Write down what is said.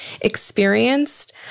experienced